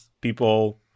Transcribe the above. people